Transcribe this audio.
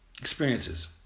experiences